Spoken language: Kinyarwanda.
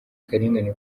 akarengane